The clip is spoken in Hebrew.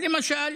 למשל,